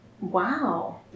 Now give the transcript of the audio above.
Wow